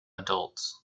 adults